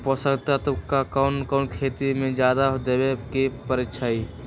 पोषक तत्व क कौन कौन खेती म जादा देवे क परईछी?